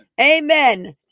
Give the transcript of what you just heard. Amen